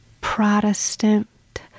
Protestant